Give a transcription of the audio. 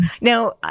Now